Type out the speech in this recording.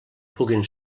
puguin